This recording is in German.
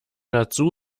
dazu